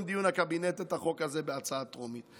דיון הקבינט את החוק הזה בהצעה טרומית.